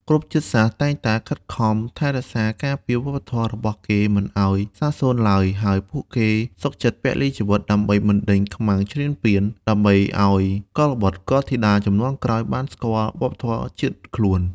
គ្រប់ជាតិសាសន៍តែងតែខិតខំថែរក្សាការពារវប្បធម៌របស់គេមិនឱ្យសាបសូន្យឡើយ ហើយពួកគេសុខចិត្តពលីជីវិតដើម្បីបណ្តេញខ្មាំងឈ្លានពាន ដើម្បីឱ្យកុលបុត្រកុលធីតាជំនាន់ក្រោយបានស្គាល់វប្បធម៌ជាតិខ្លួន។